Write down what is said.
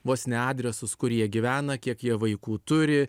vos ne adresus kur jie gyvena kiek jie vaikų turi